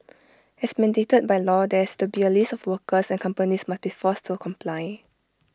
as mandated by law there has to be A list of workers and companies must be forced to comply